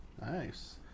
Nice